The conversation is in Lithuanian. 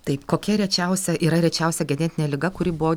taip kokia rečiausia yra rečiausia genetinė liga kuri buvo